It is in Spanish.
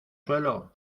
suelo